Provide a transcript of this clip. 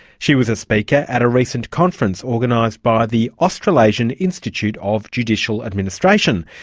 she was a speaker at a recent conference organised by the australasian institute of judicial administration.